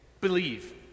Believe